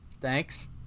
Thanks